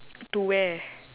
to where